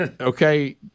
Okay